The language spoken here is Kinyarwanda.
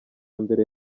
mbere